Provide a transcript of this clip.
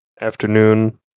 afternoon